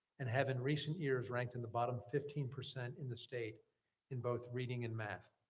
and have in recent years ranked in the bottom fifteen percent in the state in both reading and math,